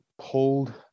pulled